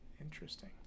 interesting